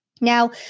Now